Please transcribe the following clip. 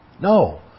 No